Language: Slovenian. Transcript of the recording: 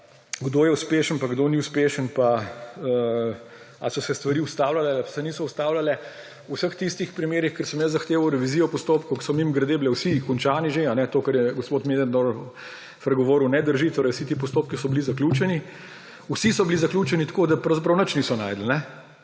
kdo je uspešen pa kdo ni uspešen, ali so se stvari ustavljale ali se niso ustavljale. V vseh tistih primerih, kjer sem jaz zahteval revizijo postopkov, ki so, mimogrede, bili že vsi končani, to, kar je gospod Möderndorfer govoril, ne drži. Vsi ti postopki so bili zaključeni. Vsi so bili zaključeni, tako da pravzaprav nič niso našli,